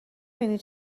بینی